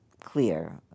clear